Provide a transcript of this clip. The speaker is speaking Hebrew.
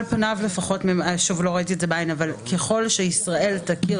על פניו לפחות לא ראיתי את זה בעין ככל שישראל תכיר